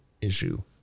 issue